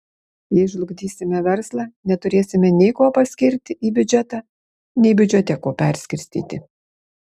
jei žlugdysime verslą neturėsime nei ko paskirti į biudžetą nei biudžete ko perskirstyti